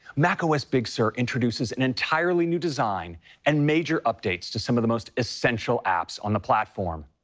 macos big sur introduces an entirely new design and major updates to some of the most essential apps on the platform.